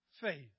faith